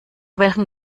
welchen